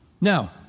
Now